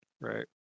right